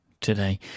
today